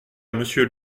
monsieur